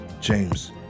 James